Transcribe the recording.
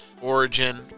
Origin